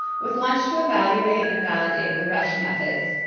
was launched to evaluate and validate the rush methods,